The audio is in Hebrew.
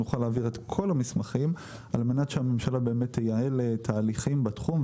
נוכל להעביר את כל המסמכים על מנת שהממשלה באמת תייעל תהליכים בתחום.